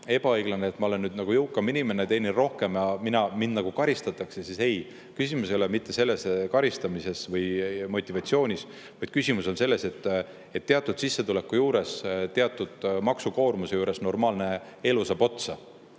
ebaõiglane, et kuna ta on nüüd jõukam inimene, teenib rohkem, siis teda nagu karistatakse, siis ei, küsimus ei ole mitte karistamises või motivatsioonis, vaid küsimus on selles, et teatud sissetuleku juures, teatud maksukoormuse juures normaalne elu saab otsa.